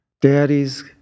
Daddy's